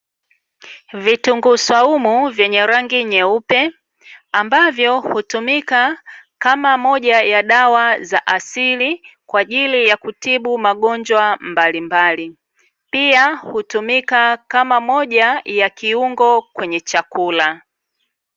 Vitunguu swaumu vyenye rangi nyeupe ambavyo hutumika kama moja ya dawa za asili kwa ajili ya kutibu magonjwa mbalimbali. Pia hutumika kama moja ya kiungo kwenye chakula.